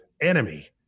enemy